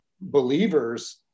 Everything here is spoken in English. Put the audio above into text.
Believers